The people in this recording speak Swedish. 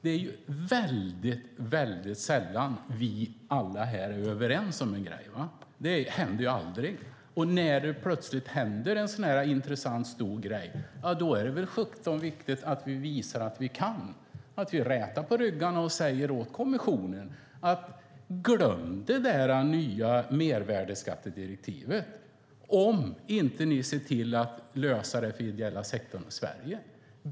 Det är väldigt sällan som vi alla här är överens. Det händer aldrig. Men när en sådan här intressant och stor grej plötsligt händer är det väl viktigt att vi visar att vi kan, att vi rätar på ryggarna och säger till kommissionen: Glöm det där nya mervärdesskattedirektivet om ni inte ser till att lösa det för den ideella sektorn i Sverige!